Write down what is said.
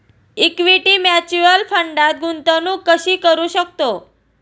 Equity mutual फंडात गुंतवणूक कशी करू शकतो?